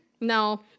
No